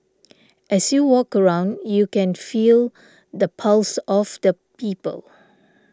as you walk around you can feel the pulse of the people